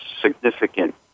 significant